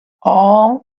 all